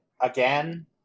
again